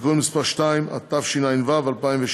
(תיקון מס' 2), התשע"ו 2016,